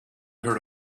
heard